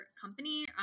company